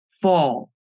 Fall